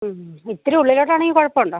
ഇത് ഇത്തിരി ഉള്ളിലോട്ടാണെങ്കിൽ കുഴപ്പം ഉണ്ടോ